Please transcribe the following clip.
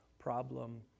problem